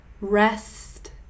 rest